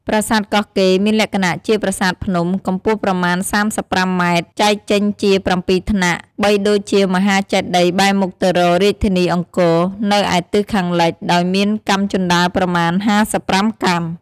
ប្រាសាទកោះកេរ្តិ៍ មានលក្ខណៈ ជាប្រាសាទភ្នំ កំពស់ប្រមាណ៣៥ម៉ែត្រ ចែកចេញជា៧ថ្នាក់ បីដូចជាមហាចេតិយ៍បែរមុខទៅរករាជធានីអង្គរ នៅឯទិសខាងលិច ដោយមានកាំជណ្តើរប្រមាណ៥៥កាំ។